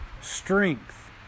strength